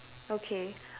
okay